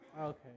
Okay